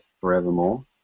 forevermore